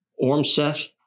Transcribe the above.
Ormseth